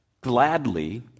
gladly